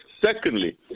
Secondly